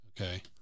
Okay